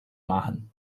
machen